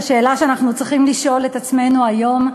השאלה שאנחנו צריכים לשאול את עצמנו היום היא: